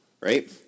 right